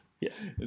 Yes